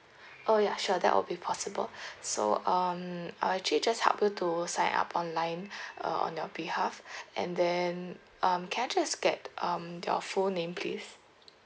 oh ya sure that will be possible so um I'll actually just help you to sign up online uh on your behalf and then um can I just get um your full name please